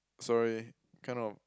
sorry kind of